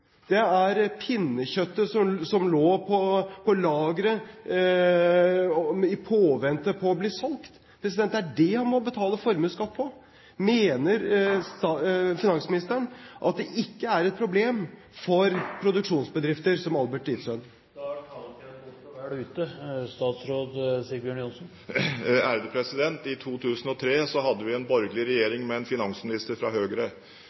det er pinnekjøttet som lå på lageret i påvente av å bli solgt. Det er det han må betale formuesskatt av. Mener finansministeren at det ikke er et problem for produksjonsbedrifter, som Albert Idsøe? I 2003 hadde vi en borgerlig regjering med en finansminister fra Høyre. I 2003 la en tidligere finansminister fra Høyre fram en